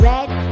Red